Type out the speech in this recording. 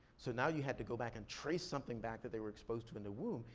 so now you had to go back and trace something back that they were exposed to in the womb,